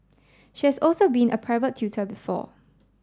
she has also been a private tutor before